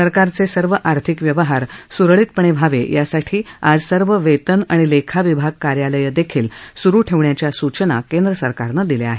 सरकारचे सर्व आर्थिक व्यवहार सुरळितपणे व्हावे यासाठी आज सर्व वेतन आणि लेखा विभाग कार्यालयं देखील सुरु ठेवण्याच्या सूचना केंद्र सरकारनं दिल्या आहेत